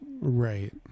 Right